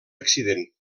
accident